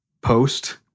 post